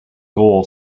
goal